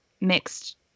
mixed